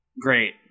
Great